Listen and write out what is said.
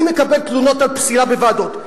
אני מקבל תלונות על פסילה בוועדות.